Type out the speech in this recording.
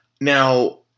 Now